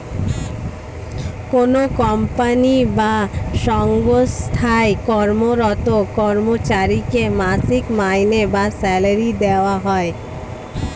কোনো কোম্পানি বা সঙ্গস্থায় কর্মরত কর্মচারীকে মাসিক মাইনে বা স্যালারি দেওয়া হয়